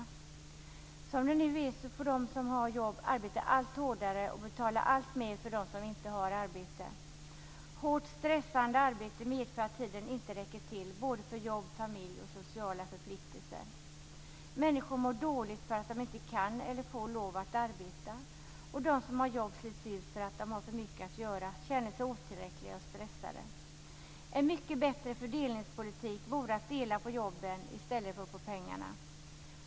Som det nu är får de som har jobb arbeta allt hårdare och betala alltmer för dem som inte har arbete. Hårt, stressande arbete medför att tiden inte räcker till vare sig för jobb, familj eller sociala förpliktelser. Människor mår dåligt för att de inte kan eller får lov att arbeta, och de som har jobb slits ut för att de har för mycket att göra och känner sig otillräckliga och stressade. En mycket bättre fördelningspolitik vore att dela på jobben i stället för på pengarna.